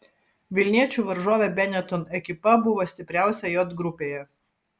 vilniečių varžovė benetton ekipa buvo stipriausia j grupėje